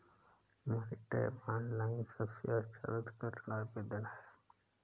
money tap, online सबसे अच्छा व्यक्तिगत ऋण आवेदन है